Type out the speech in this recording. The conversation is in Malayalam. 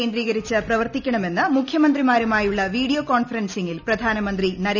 കേന്ദ്രീകരിച്ച് പ്രവർത്തിക്കണമെന്ന് മുഖ്യമന്ത്രിമാരുമായുള്ള വീഡിയോ കോൺഫറൻസിങ്ങിൽ പ്രധാനമന്ത്രി നരേന്ദ്രമോദി